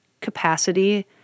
capacity